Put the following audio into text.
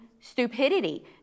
stupidity